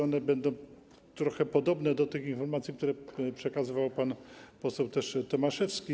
One będą trochę podobne do informacji, które przekazywał pan poseł Tomaszewski.